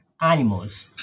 animals